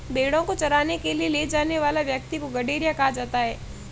भेंड़ों को चराने के लिए ले जाने वाले व्यक्ति को गड़ेरिया कहा जाता है